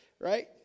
right